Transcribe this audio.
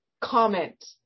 comment